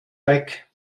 weg